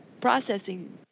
processing